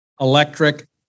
electric